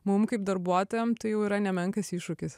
mum kaip darbuotojam tai jau yra nemenkas iššūkis